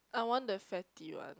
I want the fatty one